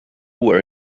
where